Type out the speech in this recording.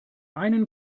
einen